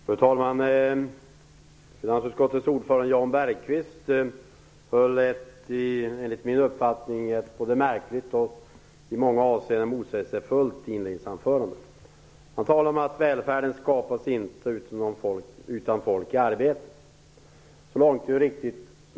Fru talman! Finansutskottets ordförande Jan Bergqvist höll ett enligt min uppfattning både märkligt och i många avseenden motsägelsefullt inledningsanförande. Han talar om att välfärden inte skapas utan att människor är i arbete. Det låter ju riktigt.